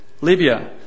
Libya